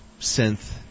synth